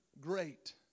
great